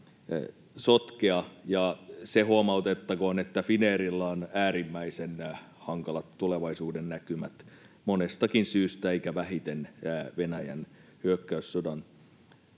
sotkea. Ja se huomautettakoon, että Finnairilla on äärimmäisen hankalat tulevaisuudennäkymät monestakin syystä eikä vähiten Venäjän hyökkäyssodan